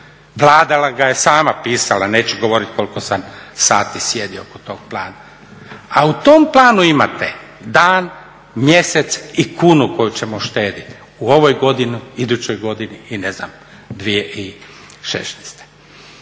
Vlada ga je sama pisala. Neću govoriti koliko sam sati sjedio oko tog plana, a u tom planu imate dan, mjesec i kunu koju ćemo uštedit u ovoj godini, idućoj godini i ne znam 2016.